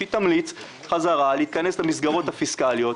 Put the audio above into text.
שהיא תמליץ חזרה להיכנס למסגרת הפיסקליות,